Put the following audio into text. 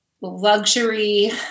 luxury